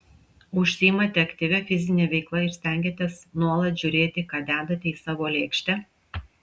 užsiimate aktyvia fizine veikla ir stengiatės nuolat žiūrėti ką dedate į savo lėkštę